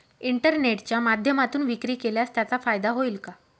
इंटरनेटच्या माध्यमातून विक्री केल्यास त्याचा फायदा होईल का?